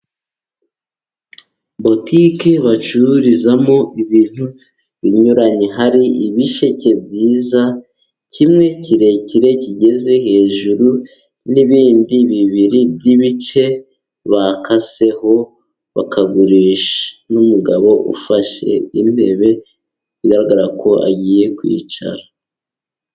Botike bacururizamo ibintu binyuranye, har'ibisheke byiza, kimwe kirekire kigeze hejuru n'ibindi bibiri by'ibice bakaseho bakagurisha, n'umugabo ufashe intebe bigaragara ko agiye kwicara.